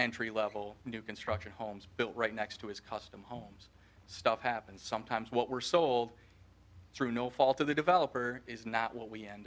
entry level new construction homes built right next to his custom homes stuff happens sometimes what were sold through no fault of the developer is not what we end